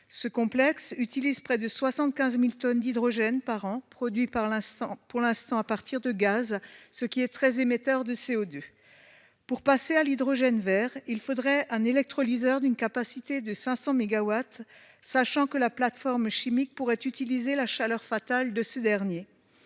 Ce complexe utilise près de 75 000 tonnes d'hydrogène par an produit, pour l'instant, à partir de gaz, ce qui est très émetteur de CO2. Pour passer à l'hydrogène vert, il faudrait un électrolyseur d'une capacité de 500 mégawatts, sachant que la plateforme chimique pourrait utiliser la chaleur fatale de ce dernier.